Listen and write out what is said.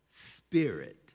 spirit